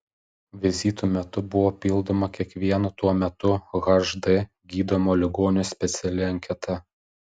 vizitų metu buvo pildoma kiekvieno tuo metu hd gydomo ligonio speciali anketa